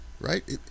right